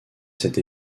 cette